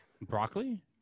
Broccoli